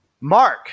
Mark